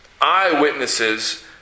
eyewitnesses